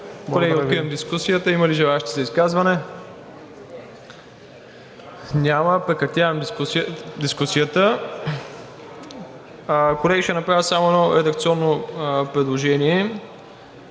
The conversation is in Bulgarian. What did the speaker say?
Колеги, откривам дискусията. Има ли желаещи за изказване? Няма. Прекратявам дискусията. Колеги, ще направя само едно редакционно предложение.